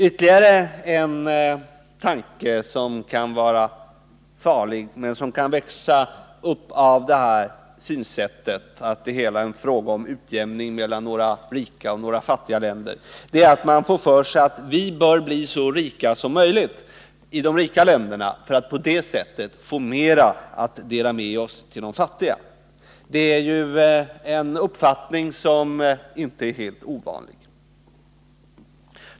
Ytterligare en tanke som kan vara farlig och som kan växa upp av det här synsättet — att det hela bara är en fråga om en utjämning mellan några rika och många fattiga länder — är att man får för sig att vi bör bli så rika som möjligt i de rika länderna för att på det sättet få mer att dela med oss till de fattiga. Det är en uppfattning som inte är helt ovanlig.